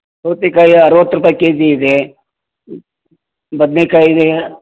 ಸೌತೆಕಾಯಿ ಅರವತ್ತು ರೂಪಾಯಿ ಕೆಜಿ ಇದೆ ಬದ್ನೆಕಾಯಿ ಇದೆ